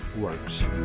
Works